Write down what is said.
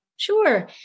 Sure